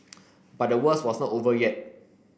but the worst was not over yet